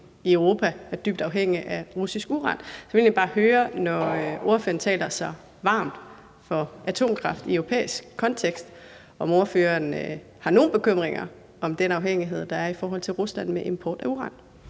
i Europa er dybt afhængig af russisk uran. Så jeg vil egentlig bare, når ordføreren taler så varmt for atomkraft i en europæisk kontekst, høre, om ordføreren har nogen bekymringer i forhold til den afhængighed, der er af Rusland i forhold til import af uran.